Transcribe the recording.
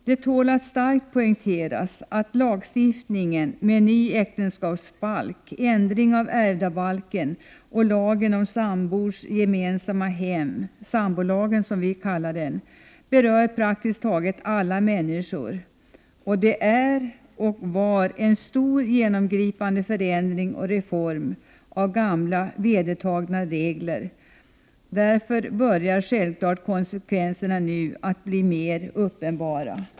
Det tål att starkt poängteras att lagstiftningen om ny äktenskapsbalk, om ändring av ärvdabalken och om sambors gemensamma hem — sambolagen, som vi kallar den — berör praktiskt taget alla människor. Det är och var en stor, genomgripande förändring och reform av gamla, vedertagna regler. Därför börjar självfallet konsekvenserna nu att bli mer uppenbara.